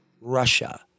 Russia